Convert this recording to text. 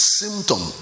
symptom